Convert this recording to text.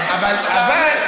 אבל,